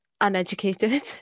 uneducated